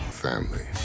family